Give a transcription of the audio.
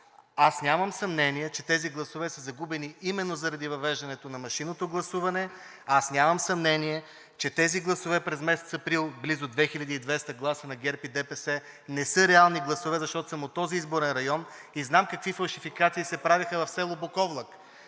Аз нямам съмнение, че тези гласове са загубени именно заради въвеждането на машинното гласуване. Аз нямам съмнение, че тези гласове през месец април – близо 2200 гласа на ГЕРБ и ДПС, не са реални гласове, защото съм от този изборен район и знам какви фалшификации се правеха в село Буковлък.